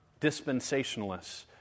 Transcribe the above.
dispensationalists